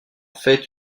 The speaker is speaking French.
fait